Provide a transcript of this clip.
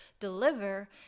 deliver